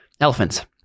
elephants